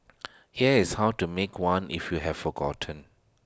here's how to make one if you have forgotten